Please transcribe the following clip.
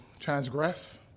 transgress